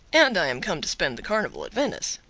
and i am come to spend the carnival at venice.